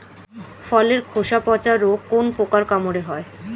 ফলের খোসা পচা রোগ কোন পোকার কামড়ে হয়?